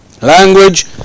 language